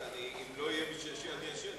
אם לא יהיה מי שישיב, אני אשיב.